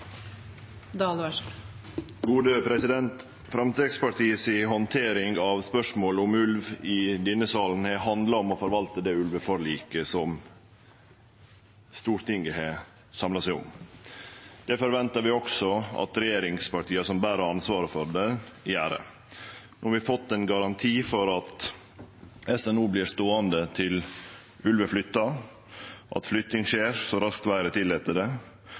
av spørsmålet om ulv i denne salen har handla om å forvalte det ulveforliket som Stortinget har samla seg om. Det forventar vi også at regjeringspartia som ber ansvaret for det, gjer. No har vi fått ein garanti for at Statens naturoppsyn, SNO, vert ståande til ulv er flytta, at flytting skjer så raskt